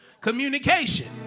Communication